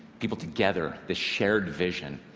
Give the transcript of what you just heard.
people together, the shared vision.